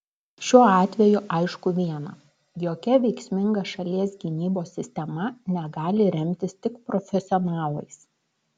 šiuo atveju aišku viena jokia veiksminga šalies gynybos sistema negali remtis tik profesionalais